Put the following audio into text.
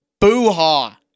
boo-ha